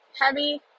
heavy